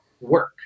work